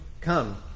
come